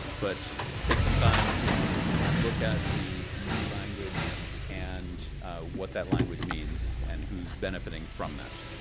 but take some time to look at the new language and what that language means. and who's benefiting from that.